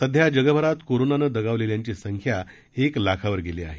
सध्या जगभरात कोरोनानं दगावलेल्यांची संख्या एक लाखावर गेली आहे